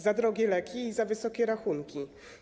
Za drogie leki i za wysokie rachunki.